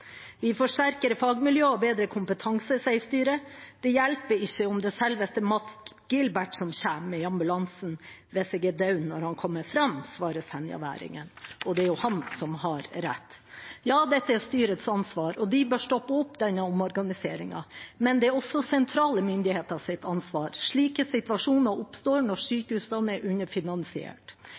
Vi får sterkere fagmiljøer og bedre kompetanse, sier styret. Det hjelper ikke om det er selveste Mads Gilbert som kommer i ambulansen, hvis jeg er død når han kommer fram, svarer senjaværingen, og det er han som har rett. Dette er styrets ansvar, og de bør stoppe denne omorganiseringen. Men det er også sentrale myndigheters ansvar. Slike situasjoner oppstår når sykehusene er underfinansiert.